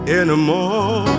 anymore